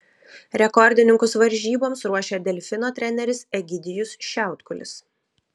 rekordininkus varžyboms ruošia delfino treneris egidijus šiautkulis